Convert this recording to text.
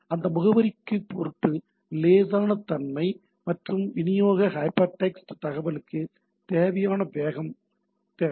எனவே அந்த முகவரிக்கு பொருட்டு லேசான தன்மை மற்றும் விநியோக ஹைபர்டெக்ஸ்ட் தகவலுக்கு தேவையான வேகம் தேவை